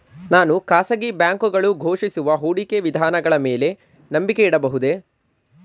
ನಾನು ಖಾಸಗಿ ಬ್ಯಾಂಕುಗಳು ಘೋಷಿಸುವ ಹೂಡಿಕೆ ವಿಧಾನಗಳ ಮೇಲೆ ನಂಬಿಕೆ ಇಡಬಹುದೇ?